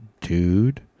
dude